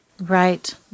Right